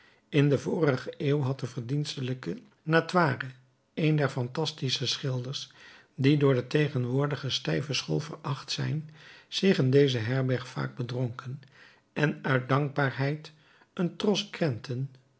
in de vorige eeuw had de verdienstelijke natoire een der phantastische schilders die door de tegenwoordige stijve school veracht zijn zich in deze herberg vaak bedronken en uit dankbaarheid een tros krenten